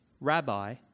Rabbi